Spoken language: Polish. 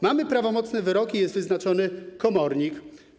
Mamy prawomocne wyroki i jest wyznaczony komornik.